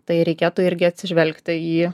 tai reikėtų irgi atsižvelgta į